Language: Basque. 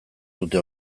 dute